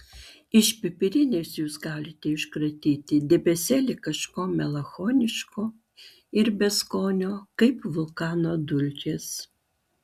iš pipirinės jūs galite iškratyti debesėlį kažko melancholiško ir beskonio kaip vulkano dulkės